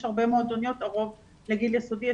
יש הרבה מועדוניות, הרוב לגיל יסודי.